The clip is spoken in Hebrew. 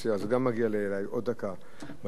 אז גם מגיעה לי עוד דקה בעניין הזה.